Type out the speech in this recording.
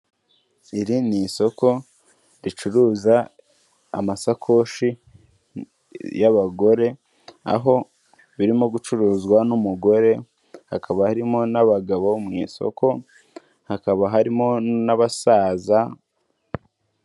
Iri ni isoko, ricuruza amasakoshi y'abagore, aho birimo gucuruzwa n'umugore, hakaba harimo n'abagabo mu isoko, hakaba harimo n'abasaza.